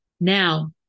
Now